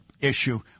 issue